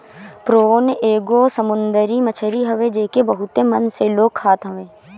prawn एगो समुंदरी मछरी हवे जेके बहुते मन से लोग खात हवे